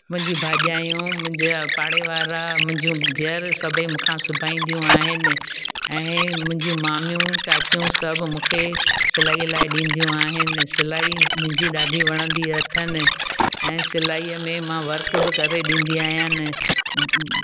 मुंहिंजी भाॼायूं मुंहिंजा पाड़े वारा मुंहिंजूं धीअर सभई मूंखां सुभाईंदियूं आहिनि ऐं मुंहिंजूं मामियूं चाचियूं सभु मूंखे सिलाईअ लाइ ॾींदियूं आहिनि सिलाई मुंहिंजी ॾाढी वणंदी अथनि ऐं सिलाईअ में मां वर्क बि करे ॾींदी अयानि